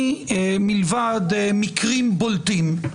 מלבד מקרים בולטים,